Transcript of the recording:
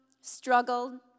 struggled